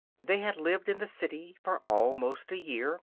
they had lived in the city for almost a year,